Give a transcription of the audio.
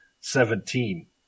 Seventeen